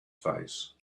face